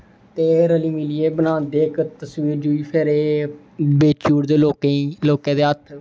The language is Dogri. ते रली मिलियै बनांदे इक तस्वीर जेह्ड़ी फिर एह् बेची ओड़दे लोकें ई लोकें दे हत्थ